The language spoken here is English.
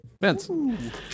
Vince